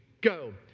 go